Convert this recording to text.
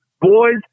boys